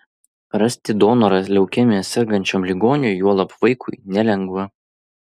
rasti donorą leukemija sergančiam ligoniui juolab vaikui nelengva